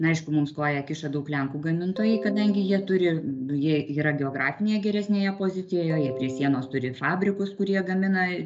na aišku mums koją kiša daug lenkų gamintojai kadangi jie turi jie yra geografinėj geresnėje pozicijoje jie prie sienos turi fabrikus kurie gamina